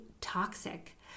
toxic